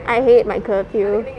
I hate my curfew